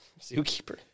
Zookeeper